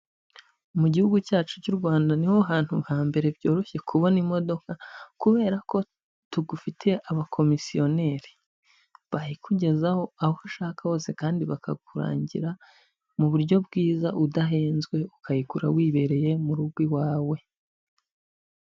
Mu gihugu cyacu cy'u Rwanda niho hantu hambere byoroshye kubona imodoka, kubera ko tugufite abakomisiyoneri , bayikugezaho aho ushaka hose, kandi bakakurangira mu buryo bwiza udahenze, ukayigura wibereye mu rugo iwawe.